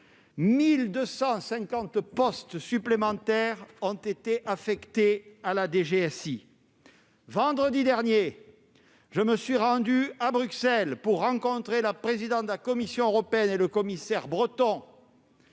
1 250 postes supplémentaires ont été affectés à la DGSI. Vendredi dernier, je me suis rendu à Bruxelles afin de défendre auprès de la présidente de la Commission européenne et du commissaire Breton